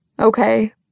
Okay